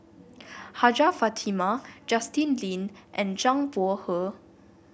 Hajjah Fatimah Justin Lean and Zhang Bohe